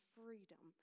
freedom